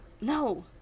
No